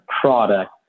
product